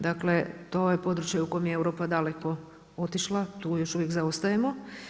Dakle, to je područje u kojem j Europa daleko otišla, tu još uvijek zaostajemo.